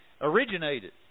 originated